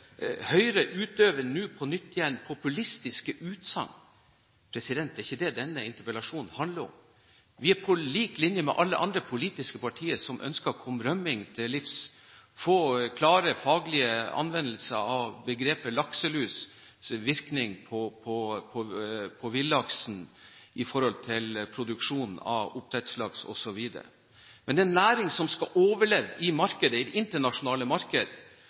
Høyre nå på nytt utøver populistiske utsagn. Det er ikke det denne interpellasjonen handler om. Vi er på linje med alle andre politiske partier som ønsker å komme rømning til livs, og å få klare, faglige anvendelser av lakselusens virkning på villaksen i forhold til produksjonen av oppdrettslaks osv. Men dette er en næring som skal overleve i markedet, i et internasjonalt marked,